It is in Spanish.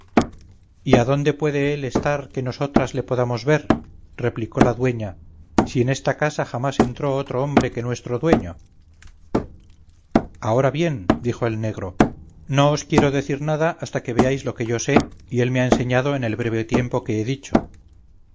verle y adónde puede él estar que nosotras le podamos ver replicó la dueña si en esta casa jamás entró otro hombre que nuestro dueño ahora bien dijo el negro no os quiero decir nada hasta que veáis lo que yo sé y él me ha enseñado en el breve tiempo que he dicho